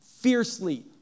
Fiercely